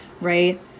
right